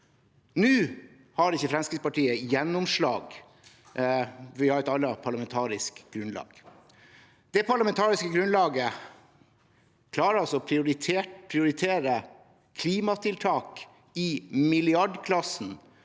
Nå har ikke Fremskrittspartiet gjennomslag, for det er et annet parlamentarisk grunnlag. Dette parlamentariske grunnlaget klarer altså å prioritere klimatiltak i milliardklassen